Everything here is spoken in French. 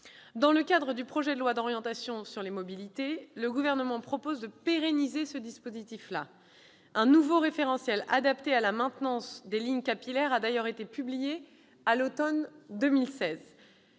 Dans le cadre du projet de loi d'orientation sur les mobilités, le Gouvernement propose de pérenniser ce dispositif. Un nouveau référentiel adapté à la maintenance des lignes capillaires a d'ailleurs été publié à l'automne 2016.